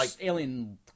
alien